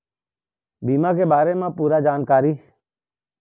बीमा के बारे म पूरा जानकारी?